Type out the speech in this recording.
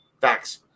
Facts